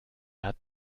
hat